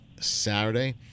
Saturday